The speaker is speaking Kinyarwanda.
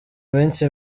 minsi